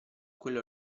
quella